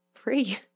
free